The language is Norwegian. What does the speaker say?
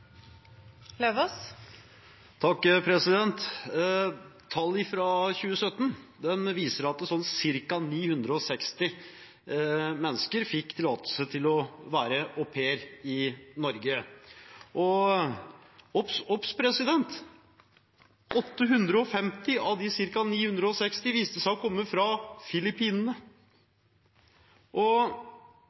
Tall fra 2017 viser at ca. 960 mennesker fikk tillatelse til å være au pair i Norge, og obs, obs: 850 av de ca. 960 viste seg å komme fra Filippinene.